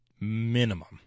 minimum